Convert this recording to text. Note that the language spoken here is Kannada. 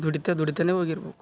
ದುಡಿತ ದುಡಿತನ ಹೋಗಿರ್ಬೇಕು